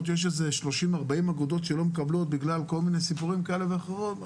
יש איזה 30-40 אגודות שלא מקבלות בגלל כל מיני סיפורים כאלה ואחרים,